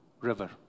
River